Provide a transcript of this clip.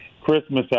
Christmas